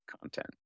content